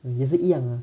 也是一样啊